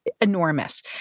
enormous